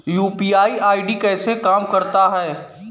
UPI ID कैसे काम करता है?